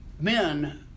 men